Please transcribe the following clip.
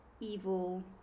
evil